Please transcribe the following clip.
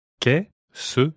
Qu'est-ce